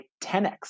10x